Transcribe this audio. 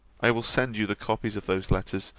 i will send you the copies of those letters,